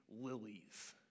lilies